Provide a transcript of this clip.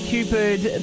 Cupid